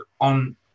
on